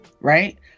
Right